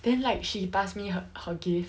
then like she passed me her her gift